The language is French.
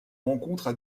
rencontres